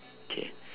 okay